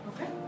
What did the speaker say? Okay